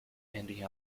ending